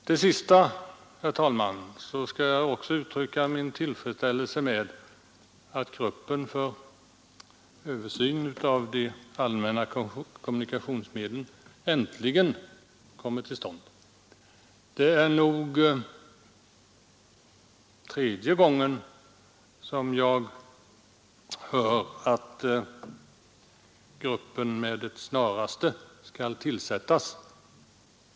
Till sist, herr talman, skall jag också uttrycka min tillfredsställelse med att gruppen för översyn av de allmänna kommunikationsmedlen äntligen kommer att tillsättas. Det är tredje gången som jag hör att gruppen med det snaraste skall tillsättas.